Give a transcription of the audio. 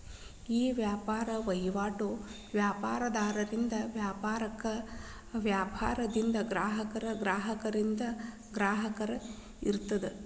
ಈ ವ್ಯಾಪಾರದ್ ವಹಿವಾಟು ವ್ಯಾಪಾರದಿಂದ ವ್ಯಾಪಾರಕ್ಕ, ವ್ಯಾಪಾರದಿಂದ ಗ್ರಾಹಕಗ, ಗ್ರಾಹಕರಿಂದ ಗ್ರಾಹಕಗ ಇರ್ತದ